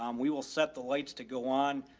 um we will set the lights to go on,